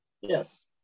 Yes